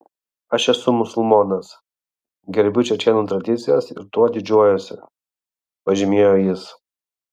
aš esu musulmonas gerbiu čečėnų tradicijas ir tuo didžiuojuosi pažymėjo jis